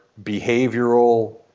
behavioral